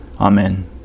Amen